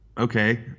Okay